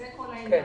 זה כל העניין.